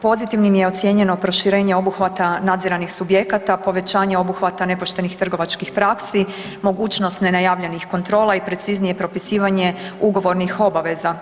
Pozitivnim je ocijenjeno proširenje obuhvata nadziranih subjekata, povećanje obuhvata nepoštenih trgovačkih praksi, mogućnost nenajavljenih kontrola i preciznije propisivanje ugovornih obaveza.